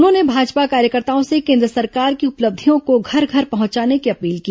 उन्होंने भाजपा कार्यकर्ताओं से केन्द्र सरकार की उपलब्धियों को घर घर पहुंचाने की अपील की